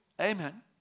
Amen